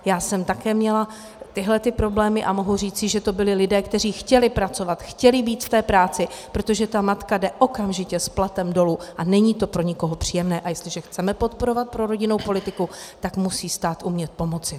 Já jsem také měla tyhle problémy a mohu říci, že to byli lidé, kteří chtěli pracovat, chtěli být v práci, protože ta matka jde okamžitě s platem dolů a není to pro nikoho příjemné, a jestliže chceme podporovat prorodinnou politiku, tak musí stát umět pomoci.